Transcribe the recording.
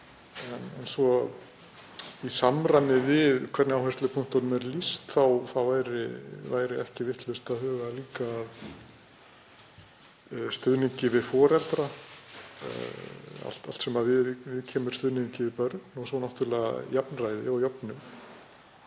en í samræmi við það hvernig áherslupunktunum er lýst væri ekki vitlaust að huga líka að stuðningi við foreldra, í öllu sem viðkemur stuðningi við börn, og svo náttúrlega jafnræði og jöfnuði.